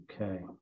Okay